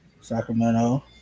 Sacramento